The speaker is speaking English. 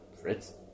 Fritz